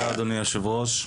תודה אדוני היושב ראש.